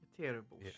Terrible